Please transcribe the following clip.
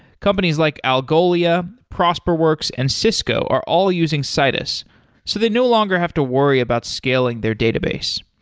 companies like algolia, prosperworks and cisco are all using citus so they no longer have to worry about scaling their database.